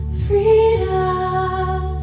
freedom